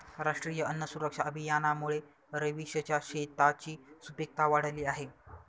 राष्ट्रीय अन्न सुरक्षा अभियानामुळे रवीशच्या शेताची सुपीकता वाढली आहे